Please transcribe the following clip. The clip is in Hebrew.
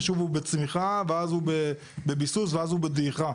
ישוב הוא בצמחיה ואז הוא בביסוס ואז הוא בדעיכה.